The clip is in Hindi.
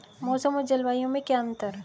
मौसम और जलवायु में क्या अंतर?